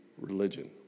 religion